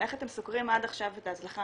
איך אתם סוקרים עד עכשיו את ההצלחה,